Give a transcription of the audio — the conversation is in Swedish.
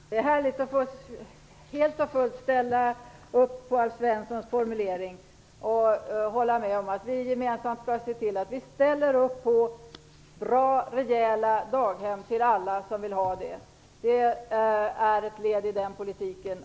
Fru talman! Det är härligt att helt och fullt kunna ställa upp på Alf Svenssons formulering och hålla med om att vi gemensamt skall se till att vi får bra, rejäla daghem till alla som vill ha det.